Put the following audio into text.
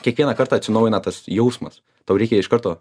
kiekvieną kartą atsinaujina tas jausmas tau reikia iš karto